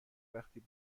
وقتی